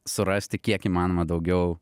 surasti kiek įmanoma daugiau